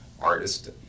artist